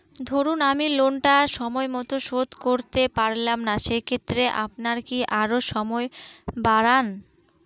ধরুন আমি লোনটা সময় মত শোধ করতে পারলাম না সেক্ষেত্রে আপনার কি আরো সময় বাড়ান?